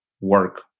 work